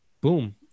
Boom